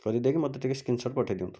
କରିଦେଇକି ମୋତେ ଟିକିଏ ସ୍କ୍ରିନସଟ୍ ପଠେଇଦିଅନ୍ତୁ